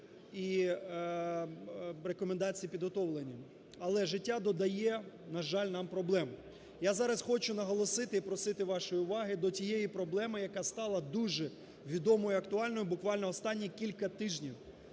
але життя додає, на жаль, нам проблему. Я зараз хочу наголосити і просити вашої уваги до тієї проблеми, яка стала дуже відомою і актуальною буквально останні кілька тижнів.